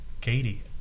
Katie